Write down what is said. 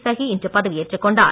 சஹி இன்று பதவியேற்றுக் கொண்டார்